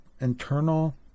internal